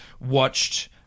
watched